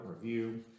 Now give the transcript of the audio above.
review